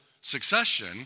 succession